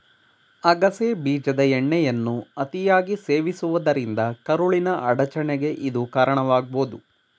ಅಗಸೆ ಬೀಜದ ಎಣ್ಣೆಯನ್ನು ಅತಿಯಾಗಿ ಸೇವಿಸುವುದರಿಂದ ಕರುಳಿನ ಅಡಚಣೆಗೆ ಇದು ಕಾರಣವಾಗ್ಬೋದು